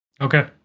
Okay